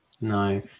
no